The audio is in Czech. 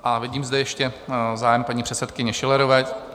A vidím zde ještě zájem paní předsedkyně Schillerové.